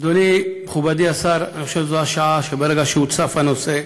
אדוני, מכובדי השר, זאת השעה, ברגע שהוצף הנושא,